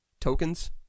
tokens